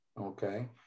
Okay